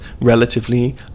relatively